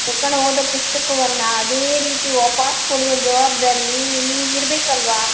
ತೆಕಣು ಹೋದ ಪುಸ್ತಕವನ್ನ ಅದೇ ರೀತಿ ವಾಪಾಸ್ಸು ಕೊಡುವ ಜವಾಬ್ದಾರಿ ನಿಮ್ಗೆ ಇರ್ಬೇಕಲ್ಲವಾ